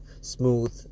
smooth